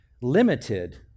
limited